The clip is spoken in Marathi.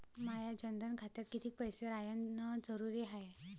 माया जनधन खात्यात कितीक पैसे रायन जरुरी हाय?